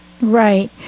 Right